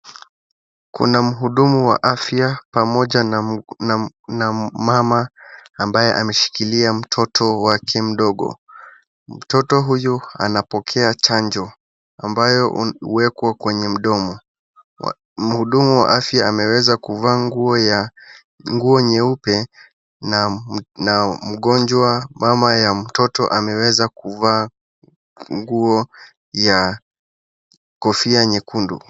Kuna mhudumu wa afya pamoja na mama aliyeshikilia mtoto wake mdogo. Mtoto huyo anapokea chanjo ambayo huwekwa kwenye mdomo. Mhudumu wa afya ameweza kuvaa nguo nyeupe na mgonjwa mama ya mtoto ameweza kuvaa kofia nyekundu.